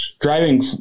Driving